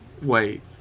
wait